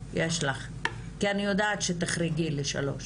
כי היו לי מספר מקרים של אנשים שהיו במתכונת הזו,